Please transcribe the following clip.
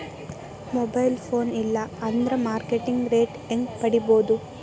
Mobile phone ಇಲ್ಲಾ ಅಂದ್ರ market rate ಹೆಂಗ್ ಪಡಿಬೋದು?